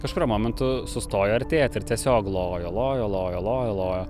kažkuriuo momentu sustoja artėt ir tiesiog lojo lojo lojo lojo lojo